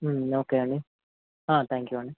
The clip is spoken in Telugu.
ఓకే అండి థ్యాంక్ యూ అండి